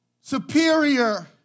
Superior